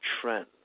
trend